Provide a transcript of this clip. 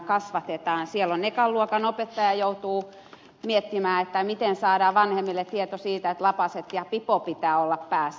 siellä ekaluokan opettaja joutuu miettimään miten saadaan vanhemmille tieto siitä että lapaset ja pipo pitää olla päässä